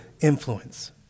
influence